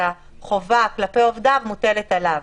שהחובה כלפי עובדיו מוטלת עליו.